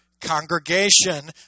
congregation